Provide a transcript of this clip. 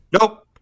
Nope